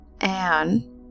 Anne